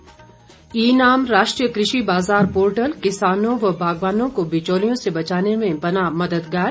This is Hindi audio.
ई नाम राष्ट्रीय कृषि बाजार पोर्टल किसानों व बागवानों को बिचौलियों से बचाने में बना मददगार